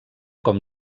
com